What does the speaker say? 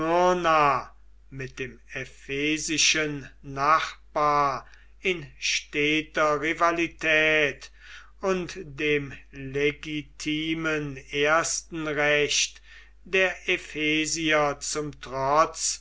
mit dem ephesischen nachbar in steter rivalität und dem legitimen erstenrecht der ephesier zum trotz